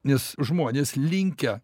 nes žmonės linkę